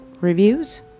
reviews